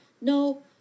no